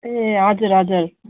ए हजुर हजुर